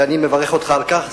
ואני מברך אותך על כך.